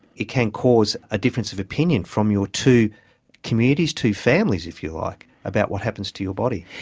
it can cause a difference of opinion from your two communities, two families if you like about what happens to your body.